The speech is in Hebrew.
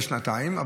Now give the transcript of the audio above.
בשנתיים.